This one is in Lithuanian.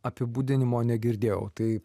apibūdinimo negirdėjau tai